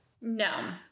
No